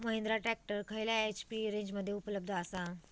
Mahindra tractor खयल्या HP रेंजमध्ये उपलब्ध आसा?